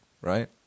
Right